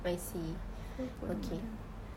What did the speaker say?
I see okay